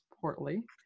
portly